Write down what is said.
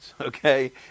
okay